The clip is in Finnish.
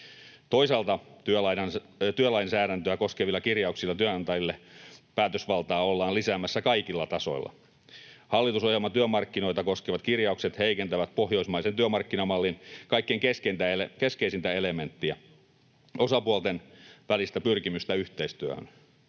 Toisaalta työlainsäädäntöä koskevilla kirjauksilla työnantajille päätösvaltaa ollaan lisäämässä kaikilla tasoilla. Hallitusohjelman työmarkkinoita koskevat kirjaukset heikentävät pohjoismaisen työmarkkinamallin kaikkein keskeisintä elementtiä, osapuolten välistä pyrkimystä yhteistyöhön.